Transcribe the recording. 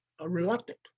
reluctant